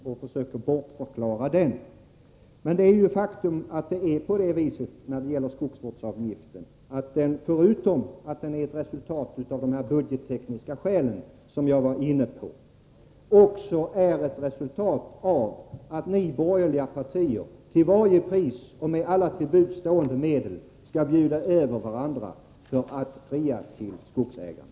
Men förutom det förhållandet att vissa budgettekniska skäl, som jag har varit inne på, ligger bakom oenigheten om skogsvårdsavgiften vill jag också peka på att den är ett resultat av att ni borgerliga till varje pris och alla till buds stående medel skall bjuda över varandra för att fria till skogsägarna.